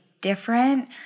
different